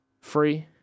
free